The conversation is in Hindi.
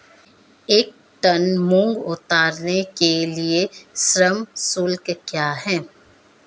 एक टन मूंग उतारने के लिए श्रम शुल्क क्या है?